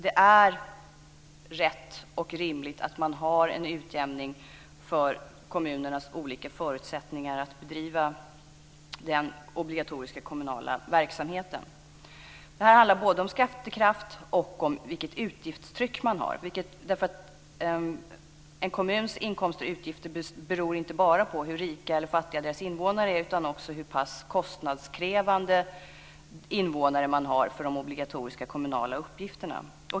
Det är rätt och rimligt att man har en utjämning för kommunernas olika förutsättningar att bedriva den obligatoriska kommunala verksamheten. Detta handlar både om skattekraft och om vilket utgiftstryck man har. En kommuns inkomster och utgifter beror inte bara på hur rika eller fattiga dess invånare är utan också på hur pass kostnadskrävande invånare man har när det gäller de obligatoriska kommunala uppgifterna.